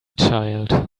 child